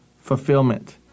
fulfillment